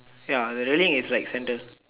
ya the railing is like center